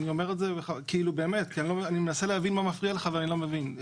כי אני מנסה להבין מה מפריע לך ואני לא מבין.